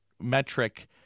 metric